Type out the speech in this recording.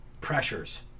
pressures